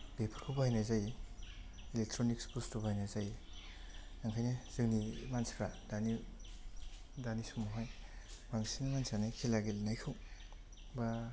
बेफोरखौ बाहायनाय जायो इलेकट्रनिक्स बुस्तु बाहायनाय जायो ओंखायनो जोंनि मानसिफ्रा दानि दानि समावहाय बांसिन मानसियानो खेला गेलेनायखौ बा